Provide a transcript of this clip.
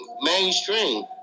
mainstream